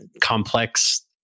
complex